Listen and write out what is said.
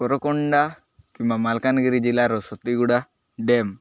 କୋରକଣ୍ଡା କିମ୍ବା ମାଲକାନଗିରି ଜିଲ୍ଲାର ସତୀଗୁଡ଼ା ଡ୍ୟାମ୍